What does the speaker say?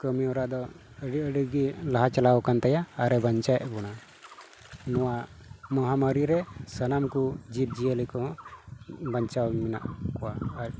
ᱠᱟᱹᱢᱤ ᱦᱚᱨᱟ ᱫᱚ ᱟᱹᱰᱤ ᱟᱹᱰᱤ ᱜᱮ ᱞᱟᱦᱟ ᱪᱟᱞᱟᱣ ᱟᱠᱟᱱ ᱛᱟᱭᱟ ᱟᱨᱮ ᱵᱟᱧᱪᱟᱭᱮᱫ ᱵᱚᱱᱟ ᱱᱚᱣᱟ ᱢᱚᱦᱟᱢᱟᱹᱨᱤ ᱨᱮ ᱥᱟᱱᱟᱢ ᱠᱚ ᱡᱤᱵ ᱡᱤᱭᱟᱹᱞᱤ ᱠᱚᱦᱚᱸ ᱵᱟᱧᱪᱟᱣ ᱢᱮᱱᱟᱜ ᱠᱚᱣᱟ ᱟᱨ